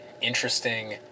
interesting